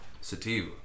Sativa